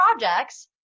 projects